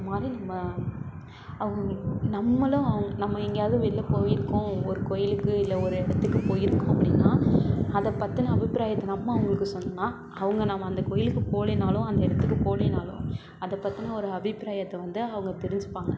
அது மாதிரி நம்ம அவங்க நம்மளும் அவுங்க நம்ம எங்கேயாவது வெளில போய்ருக்கோம் ஒரு கோவிலுக்கு இல்லை ஒரு இடத்துக்குப் போய்ருக்கோம் அப்படின்னா அதை பற்றின அபிப்ராயத்தை நம்ம அவங்களுக்கு சொன்னால் அவங்க நம்ம அந்த கோவிலுக்கு போகலேன்னாலும் அந்த இடத்துக்குப் போகலேன்னாலும் அதை பற்றின ஒரு அபிப்ராயத்தை வந்து அவங்க தெரிஞ்சுப்பாங்க